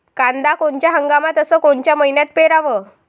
कांद्या कोनच्या हंगामात अस कोनच्या मईन्यात पेरावं?